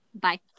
Bye